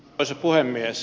arvoisa puhemies